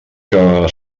que